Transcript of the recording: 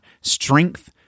Strength